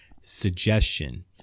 suggestion